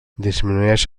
disminueix